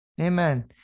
Amen